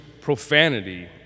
profanity